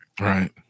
Right